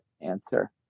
answer